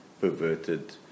perverted